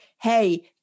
hey